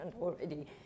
already